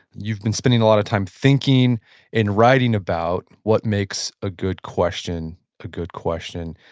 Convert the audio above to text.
you've been spending a lot of time thinking and writing about what makes a good question a good question.